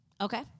Okay